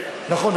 נכון,